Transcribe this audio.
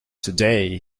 today